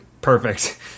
Perfect